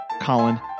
Colin